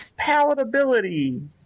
palatability